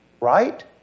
right